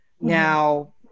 Now